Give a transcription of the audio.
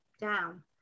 down